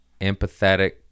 empathetic